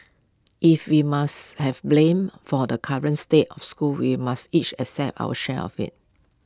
if we must have blame for the current state of school we must each accept our share of IT